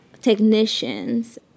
technicians